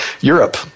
Europe